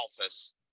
office